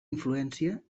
influència